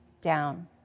down